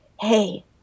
hey